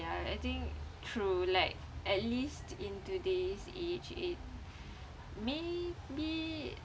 ya I think true like at least in today's age it may be